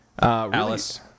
Alice